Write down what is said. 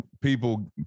People